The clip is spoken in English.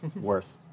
worth